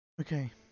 Okay